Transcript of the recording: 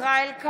ישראל כץ, נגד